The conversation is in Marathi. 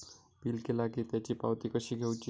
बिल केला की त्याची पावती कशी घेऊची?